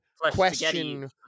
question